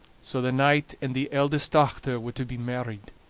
so the knight and the eldest dochter were to be married,